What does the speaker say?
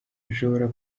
dushobora